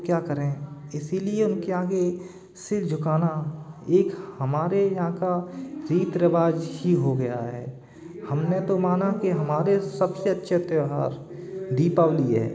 क्या करें इसीलिए उनके आगे सिर झुकाना एक हमारे यहाँ का रीति रिवाज ही हो गया है हमने तो माना कि हमारे सबसे अच्छे त्यौहार दीपावली है